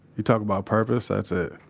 you talk about purpose? that's it.